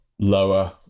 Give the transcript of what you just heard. lower